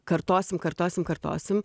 kartosim kartosim kartosim